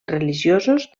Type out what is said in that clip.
religiosos